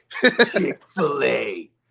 Chick-fil-A